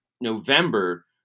November